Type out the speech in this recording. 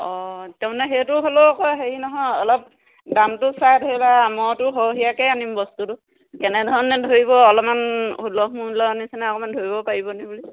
অঁ তাৰমানে সেইটো হ'লেও আকৌ হেৰি নহয় অলপ দামটো চাই ধৰিবা মইতো সৰহীয়াকৈ আনিম বস্তুটো কেনেধৰণে ধৰিব অলপমান সূলভ মূল্য নিচিনা অকমান ধৰিব পাৰিব নি বুলি